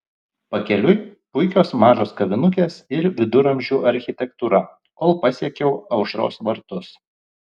pakeliui puikios mažos kavinukės ir viduramžių architektūra kol pasiekiau aušros vartus